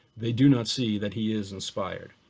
they do not see that he is inspired.